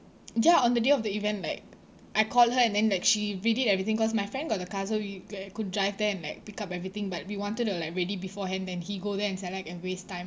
ya on the day of the event like I called her and then like she redid everything cause my friend got a car so we c~ could drive there and like pick up everything but we wanted to like ready beforehand then he go there and select and waste time